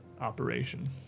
operation